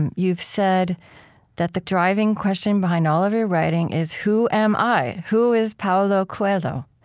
and you've said that the driving question behind all of your writing is, who am i? who is paulo coelho?